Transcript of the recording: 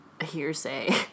hearsay